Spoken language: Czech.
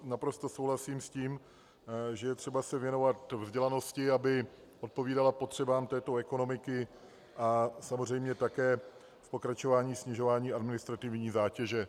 Naprosto souhlasím s tím, že je třeba se věnovat vzdělanosti, aby odpovídala potřebám této ekonomiky, a samozřejmě také pokračování snižování administrativní zátěže.